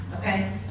okay